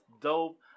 dope